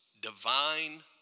divine